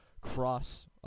Cross